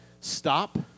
stop